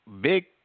big